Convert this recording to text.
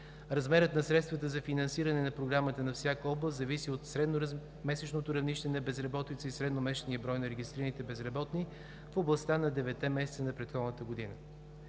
Размерът на средствата за финансиране на програмата на всяка област зависи от средномесечното равнище на безработица и средномесечния брой на регистрираните безработни в областта на 9-те месеца на предходната година.